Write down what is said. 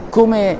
come